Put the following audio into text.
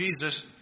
Jesus